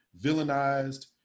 villainized